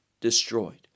destroyed